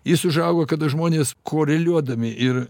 jis užauga kada žmonės koreliuodami ir